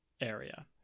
area